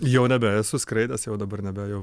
jau nebe esu skraidęs jau dabar nebe jau